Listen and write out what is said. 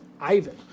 Ivan